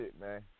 man